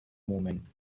moment